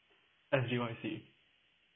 and do you want to see